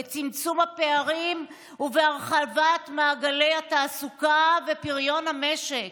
בצמצום הפערים ובהרחבת מעגלי התעסוקה ופריון המשק.